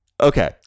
Okay